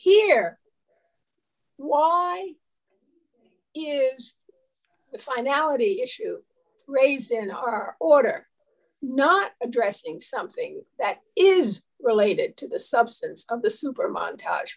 here while i you finality issue raised in our order not addressing something that is related to the substance of the super montage